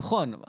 נכון.